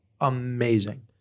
amazing